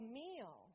meal